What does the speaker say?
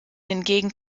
hingegen